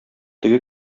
теге